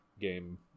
game